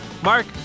Mark